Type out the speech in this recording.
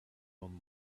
own